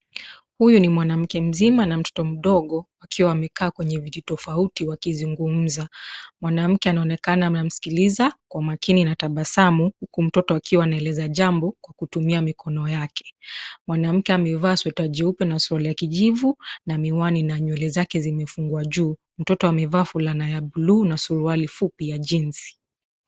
Huyu ni mwanamke mzima na mtoto mdogo, wakiwa wamekaa kwenye viti tofauti wakizungumza. Mwanamke anaonekana anamskiliza kwa makini na tabasamu, huku mtoto akiwa anaeleza jambo kutumia mikono yake. Mwanamke amevaa sweta jeupe na suruali la kijivu na miwani na nywele zake zimefugwa juu. Mtoto amevaa fulana ya bluu na suruali fupi ya jinsi.